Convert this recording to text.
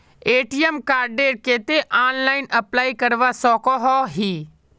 ATM कार्डेर केते online apply करवा सकोहो ही?